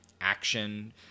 action